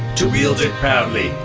to wield it proudly,